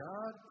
God